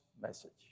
message